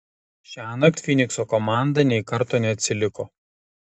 šiąnakt fynikso komanda nei karto neatsiliko